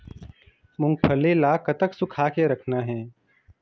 मूंगफली ला कतक सूखा के रखना हे?